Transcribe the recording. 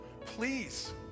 Please